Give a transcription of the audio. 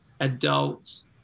adults